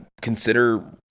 consider